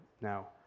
now